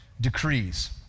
decrees